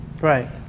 Right